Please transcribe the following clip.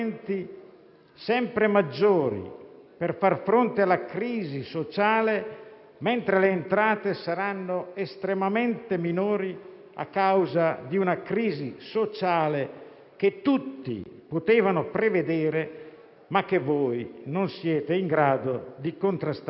sempre maggiori per far fronte alla crisi sociale, mentre le entrate saranno estremamente minori, a causa di una crisi sociale che tutti potevano prevedere, ma che voi non siete in grado di contrastare?